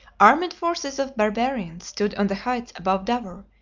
armed forces of barbarians stood on the heights above dover,